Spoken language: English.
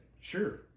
Sure